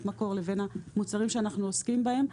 המקור לבין המוצרים שאנחנו עוסקים בהם.